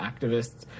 activists